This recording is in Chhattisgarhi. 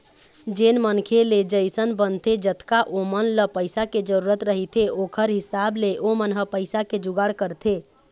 जेन मनखे ले जइसन बनथे जतका ओमन ल पइसा के जरुरत रहिथे ओखर हिसाब ले ओमन ह पइसा के जुगाड़ करथे